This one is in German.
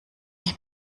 ich